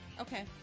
Okay